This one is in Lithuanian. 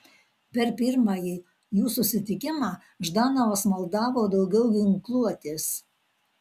per pirmąjį jų susitikimą ždanovas maldavo daugiau ginkluotės